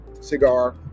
cigar